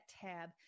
tab